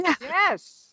yes